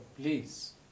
please